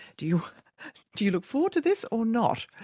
do you do you look forward to this or not?